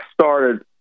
started